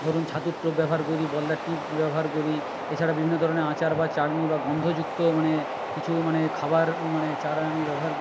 ধরুন ছাতুর টোপ ব্যবহার করি বলদার টিপ ব্যবহার করি এছাড়াও বিভিন্ন ধরনের আচার বা চাটনি বা গন্ধযুক্ত মানে কিছু মানে খাবার মানে চারা আমি ব্যবহার করি